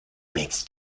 makes